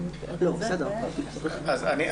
אתה יכול לתמרץ --- כן.